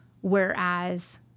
Whereas